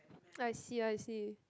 I see I see